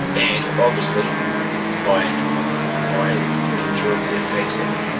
and obviously i i enjoyed the effects of it.